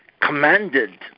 commanded